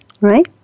right